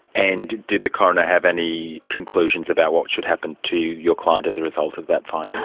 and did the coroner have any conclusions about what should happen to your client as a result of that finding?